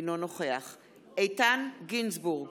אינו נוכח איתן גינזבורג,